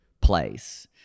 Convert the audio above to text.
place